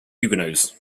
huguenots